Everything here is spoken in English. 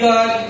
God